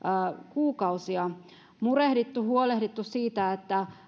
kuukausia murehdittu huolehdittu siitä että